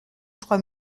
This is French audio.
trois